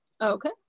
Okay